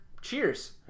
cheers